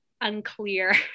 unclear